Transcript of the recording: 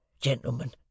Gentlemen